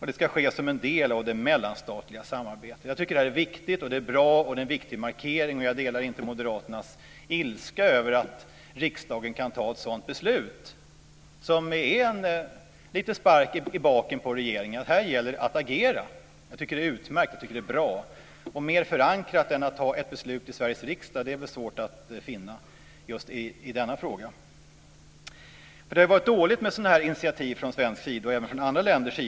Det ska ske som en del av det mellanstatliga samarbetet. Jag tycker att det här är en bra och viktig markering. Jag delar inte moderaternas ilska över att riksdagen kan ta ett sådant beslut, som är en liten spark i baken på regeringen. Det gäller här att agera. Det är utmärkt och ger en bättre förankring än ett beslut i Sveriges riksdag i denna fråga. Det har varit dåligt med sådana här initiativ både från Sverige och från andra länder i EU.